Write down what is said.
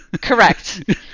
Correct